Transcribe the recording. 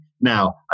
Now